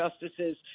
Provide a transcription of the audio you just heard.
justices